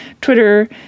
Twitter